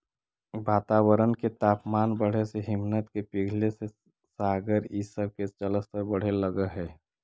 वातावरण के तापमान बढ़े से हिमनद के पिघले से सागर इ सब के जलस्तर बढ़े लगऽ हई